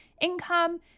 income